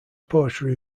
poetry